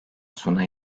sona